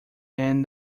end